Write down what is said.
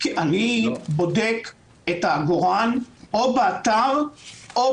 אני בודק את העגורן או באתר או